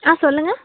ஆ சொல்லுங்கள்